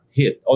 hit